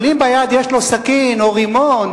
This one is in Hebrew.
אבל אם ביד יש לו סכין או רימון,